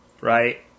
right